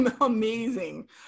Amazing